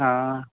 ആ